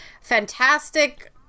fantastic